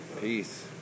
Peace